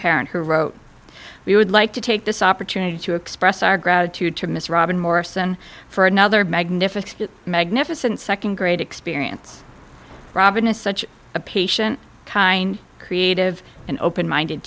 parent who wrote we would like to take this opportunity to express our gratitude to ms robin morrison for another magnificent magnificent second great experience robin is such a patient kind creative and open minded